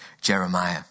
Jeremiah